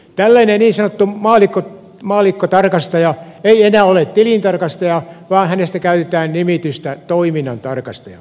tällainen niin sanottu maallikkotarkastaja ei enää ole tilintarkastaja vaan hänestä käytetään nimitystä toiminnantarkastaja